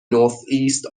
northeast